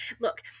Look